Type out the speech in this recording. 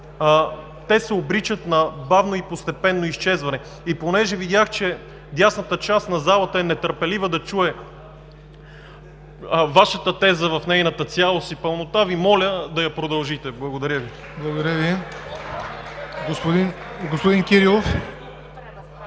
те се обричат на бавно и постепенно изчезване. И понеже видях, че дясната част на залата е нетърпелива да чуе Вашата теза в нейната цялост и пълнота, Ви моля да я продължите. Благодаря Ви. (Ръкопляскания от